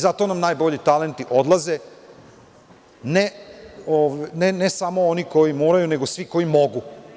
Zato nam najbolji talenti odlaze, ne samo oni koji moraju, nego svi koji mogu.